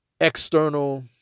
external